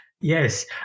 Yes